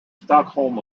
stockholm